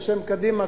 בשם קדימה,